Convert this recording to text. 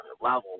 level